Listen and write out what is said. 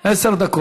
הכנסת,